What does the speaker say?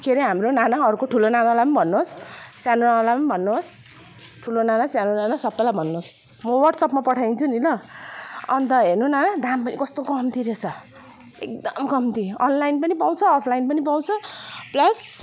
के अरे हाम्रो नाना अर्को ठुलो नानालाई पनि भन्नुहोस् सानो नानालाई पनि भन्नुहोस् ठुलो नाना सानो नाना सबैलाई भन्नुहोस् म व्हाट्सएपमा पठाइदिन्छु नि ल अन्त हेर्नू नाना दाम पनि कस्तो कम्ती रहेछ एकदम कम्ती अनलाइन पनि पाउँछ अफलाइन पनि पाउँछ प्लस